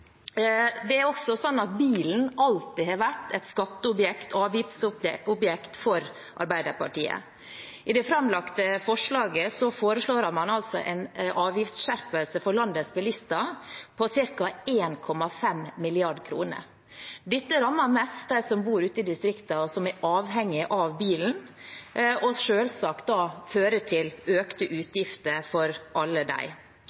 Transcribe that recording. Bilen har alltid vært et skatte- og avgiftsobjekt for Arbeiderpartiet. I det framlagte forslaget foreslår man en avgiftsskjerpelse for landets bilister på ca. 1,5 mrd. kr. Det rammer mest dem som bor ute i distriktene, og som er avhengige av bilen, og fører selvsagt til økte